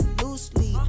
loosely